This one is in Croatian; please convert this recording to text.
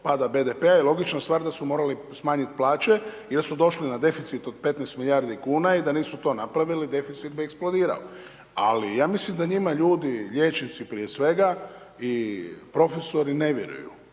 pada BDP i logična stvar da su morali smanjiti plaće jer su došli na deficit od 15 milijardi kn i da nisu to n napravili deficit bi eksplodirao. Ali, ja mislim da njima ljudi, liječnici, prije svega i profesori ne vjeruju.